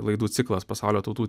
laidų ciklas pasaulio tautų